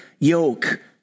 Yoke